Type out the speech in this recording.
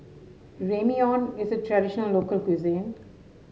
ramyeon is a traditional local cuisine